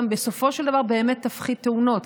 בסופו של דבר היא גם תפחית תאונות,